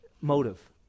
motive